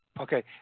Okay